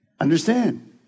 Understand